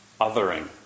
othering